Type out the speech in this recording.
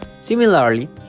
Similarly